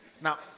Now